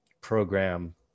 program